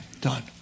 done